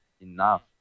enough